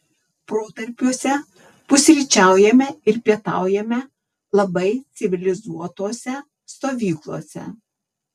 protarpiuose pusryčiaujame ir pietaujame labai civilizuotose stovyklose